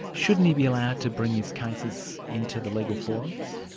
shouldn't he be allowed to bring his cases into the legal forums?